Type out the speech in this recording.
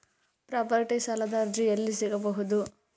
Property ಸಾಲದ ಅರ್ಜಿ ಎಲ್ಲಿ ಸಿಗಬಹುದು?